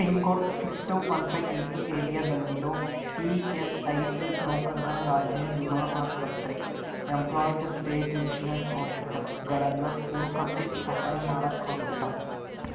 pin code six two one five eight two ಏರಿಯಾದಲ್ಲಿರೋ E S I C ನೌಕರರ ರಾಜ್ಯ ವಿಮಾ ಆಸ್ಪತ್ರೆ ಎಂಪ್ಲಾಯ್ಸ್ ಸ್ಟೇಟ್ ಇನ್ಸುರೆನ್ಸ್ ಹಾಸ್ಪಿಟಲ್ಗಳನ್ನು ಹುಡ್ಕೊಕ್ಕೆ ಸಹಾಯ ಮಾಡೋಕ್ಕಾಗುತ್ತಾ